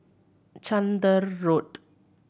Chander Road